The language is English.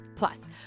Plus